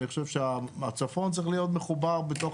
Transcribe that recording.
אני חושב שהצפון צריך להיות מחובר בתוך